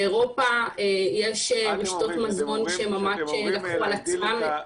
באירופה יש רשתות מזון שממש לקחו על עצמן את הנושא.